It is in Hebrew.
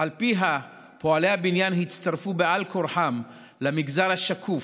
שבה פועלי הבניין הצטרפו בעל כרחם למגזר השקוף,